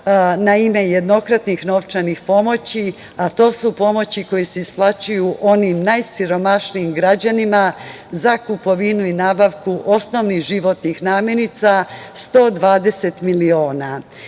na ime jednokratnih novčanih pomoći, a to su pomoći koje se isplaćuju onim najsiromašnijim građanima za kupovinu i nabavku osnovnih životnih namirnica – 120 miliona. Danas